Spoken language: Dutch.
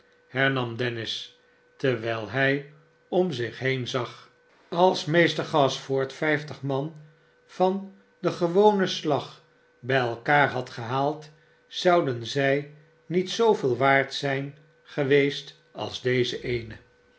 hernam dennis terwijl hij om zich heen zag als meester gashford vijftig man van den gewonen slag bij elkaar had gehaald zouden zij niet zooveel waard zijn eweest als deze eene